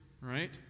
right